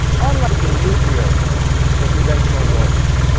unlike in nuclear or conventional warfare,